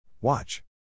Watch